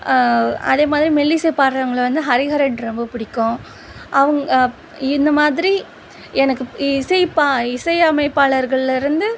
அதே மாதிரி மெல்லிசை பாடுறவுங்கள வந்து ஹரிஹரன் ரொம்ப பிடிக்கும் அவங்க இந்த மாதிரி எனக்கு இசை பா இசையமைப்பாளர்கள்லேயிருந்து